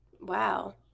wow